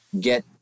get